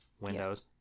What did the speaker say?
windows